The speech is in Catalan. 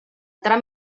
tram